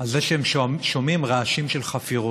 על זה שהם שומעים רעשים של חפירות.